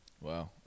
Wow